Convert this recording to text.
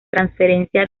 transferencia